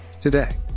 today